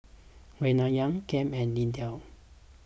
Reanna Cam and Lindell